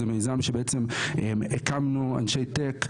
זה מיזם שבעצם הקמנו אנשי טק,